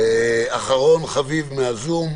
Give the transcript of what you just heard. אחרון חביב דרך הזום,